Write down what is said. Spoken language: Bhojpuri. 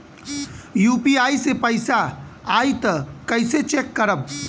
यू.पी.आई से पैसा आई त कइसे चेक करब?